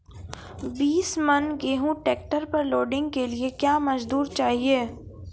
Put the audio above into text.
बीस मन गेहूँ ट्रैक्टर पर लोडिंग के लिए क्या मजदूर चाहिए?